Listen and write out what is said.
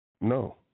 no